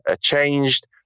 changed